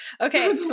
Okay